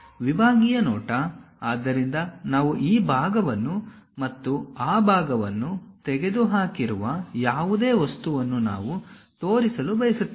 ವಿಭಾಗೀಯ ನೋಟ ಆದ್ದರಿಂದ ನಾವು ಈ ಭಾಗವನ್ನು ಮತ್ತು ಆ ಭಾಗವನ್ನು ತೆಗೆದುಹಾಕಿರುವ ಯಾವುದೇ ವಸ್ತುವನ್ನು ನಾವು ತೋರಿಸಲು ಬಯಸುತ್ತೇವೆ